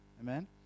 amen